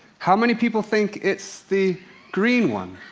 how many people think it's the green one?